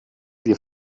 wir